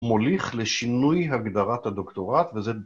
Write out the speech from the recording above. ‫מוליך לשינוי הגדרת הדוקטורט, ‫וזה...